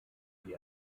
die